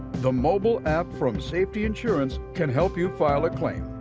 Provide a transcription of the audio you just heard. the mobile app from safety insurance can help you file a claim.